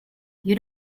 you